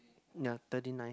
ya thirty nine